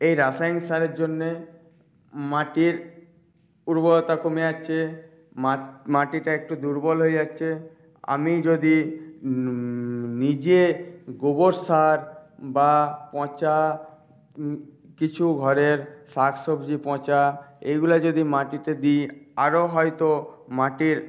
এই রাসায়নিক সারের জন্যে মাটির উর্বরতা কমে যাচ্ছে মাটিটা একটু দুর্বল হয়ে যাচ্ছে আমি যদি নিজে গোবর সার বা পচা কিছু ঘরের শাকসবজি পচা এগুলো যদি মাটিতে দিই আরও হয়তো মাটির